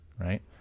right